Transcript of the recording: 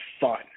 fun